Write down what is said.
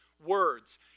words